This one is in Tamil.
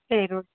சரி ஓகே